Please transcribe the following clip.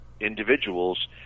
individuals